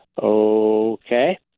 Okay